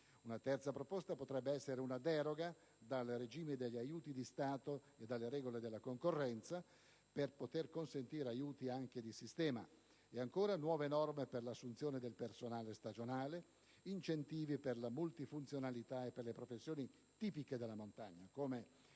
una terza proposta potrebbe consistere in una deroga dal regime degli aiuti di Stato e dalle regole della concorrenza per consentire aiuti anche di sistema. Inoltre, sarebbero utili nuove norme per l'assunzione del personale stagionale, incentivi per la multifunzionalità e le professioni tipiche della montagna, come la